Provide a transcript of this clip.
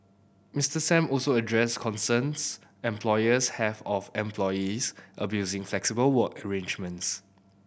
Mister Sam also addressed concerns employers have of employees abusing flexible work arrangements